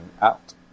out